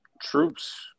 Troops